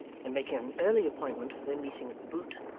and making an early appointment for their meeting at the boot,